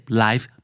life